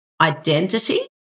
identity